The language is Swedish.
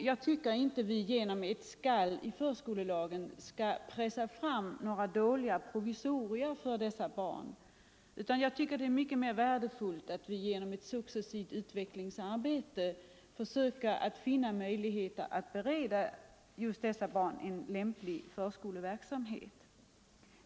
Jag tycker inte att vi genom ett ”skall” i förskolelagen skall pressa fram några dåliga provisorier för dessa barn, utan det är mycket mera värdefullt att vi genom ett successivt utvecklingsarbete försöker finna möjligheter att bereda dem en lämplig förskoleverksamhet.